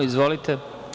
Izvolite.